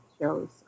shows